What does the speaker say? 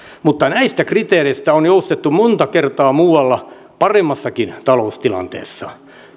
mutta näistä kriteereistä on joustettu monta kertaa muualla paremmassakin taloustilanteessa